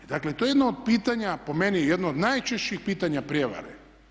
I dakle to je jedno od pitanja, po meni jedno od najčešćih pitanja prijevare.